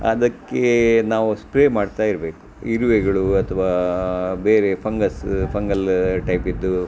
ಅದಕ್ಕೆ ನಾವು ಸ್ಪ್ರೇ ಮಾಡ್ತಾಯಿರಬೇಕು ಇರುವೆಗಳು ಅಥವಾ ಬೇರೆ ಫಂಗಸ್ ಫಂಗಲ್ ಅಟ್ಯಾಕಿದ್ದು